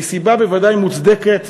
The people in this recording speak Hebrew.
מסיבה בוודאי מוצדקת,